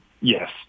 Yes